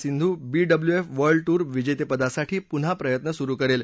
Sindhu BWF world tour विजेतेपदासाठी पुन्हा प्रयत्न सुरू करेल